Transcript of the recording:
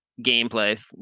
gameplay